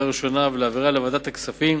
תקופת תוקפן של הוראות החילוף פעם נוספת,